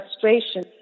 frustration